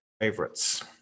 favorites